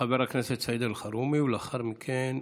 חבר הכנסת סעיד אלחרומי, ולאחר מכן,